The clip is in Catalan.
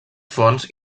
fonts